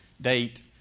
date